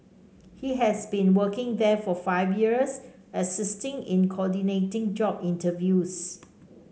he has been working there for five years assisting in coordinating job interviews